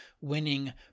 winning